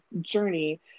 journey